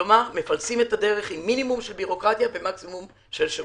כלומר מפלסים את הדרך עם מינימום בירוקרטיה ומקסימום שירות.